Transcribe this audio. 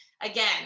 again